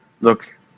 look